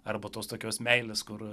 arba tos tokios meilės kur